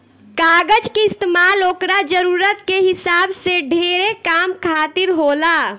कागज के इस्तमाल ओकरा जरूरत के हिसाब से ढेरे काम खातिर होला